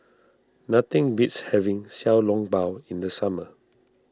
nothing beats having Xiao Long Bao in the summer